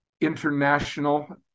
international